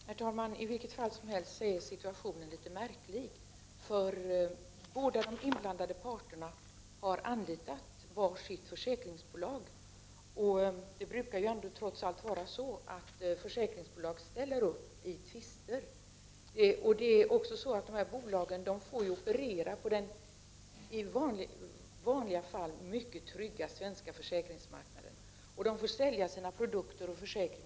Herr talman! I vilket fall som helst är situationen litet märklig: De inblan dade parterna har anlitat var sitt försäkringsbolag, och det brukar trots allt vara så att försäkringsbolag ställer upp i tvister. Vidare får de här bolagen operera på den i vanliga fall mycket trygga svenska försäkringsmarknaden, och de får sälja sina produkter — försäk = Prot.